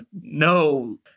No